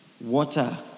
Water